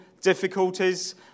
difficulties